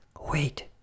Wait